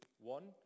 one